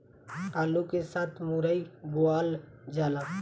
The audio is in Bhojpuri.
आलू के साथ मुरई बोअल जाला